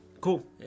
Cool